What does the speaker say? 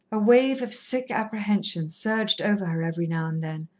a wave of sick apprehension surged over her every now and then,